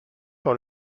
par